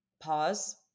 pause